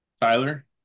Tyler